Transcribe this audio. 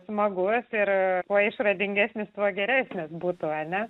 smagus ir kuo išradingesnis tuo geresnis būtų ane